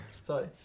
sorry